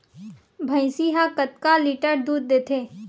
भंइसी हा कतका लीटर दूध देथे?